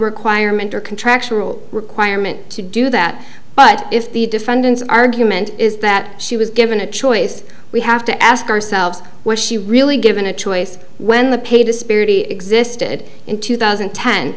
requirement or contractual requirement to do that but if the defendant's argument is that she was given a choice we have to ask ourselves why she really given a choice when the pay disparity existed in two thousand